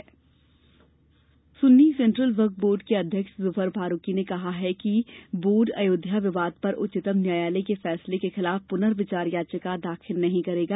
Ayodhya Sunni board Sunni central Waqf board के अध्यक्ष जुफर फारूकी ने कहा है कि बोर्ड अयोध्या विवाद पर उच्चतम न्यायालय के फैसले के खिलाफ पुर्न विचार याचिका दाखिल नहीं करेगा